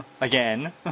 again